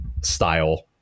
style